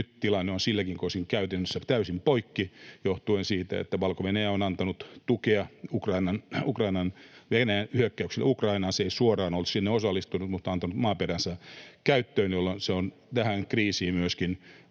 Nyt tilanne on siltäkin osin käytännössä täysin poikki johtuen siitä, että Valko-Venäjä on antanut tukea Venäjän hyökkäykselle Ukrainaan. Se ei suoraan ole sinne osallistunut mutta on antanut maaperänsä käyttöön, jolloin se on tähän kriisiin myöskin